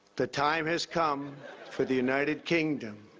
the time has come for the united kingdom,